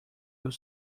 will